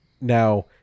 now